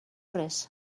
res